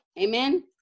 amen